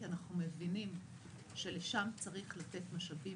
כי אנחנו מבינים שלשם צריך לתת משאבים מאוד משמעותיים.